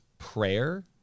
prayer